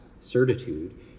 certitude